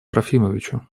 трофимовичу